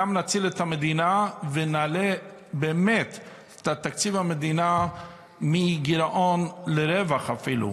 גם נציל את המדינה ונעלה באמת את תקציב המדינה מגירעון לרווח אפילו.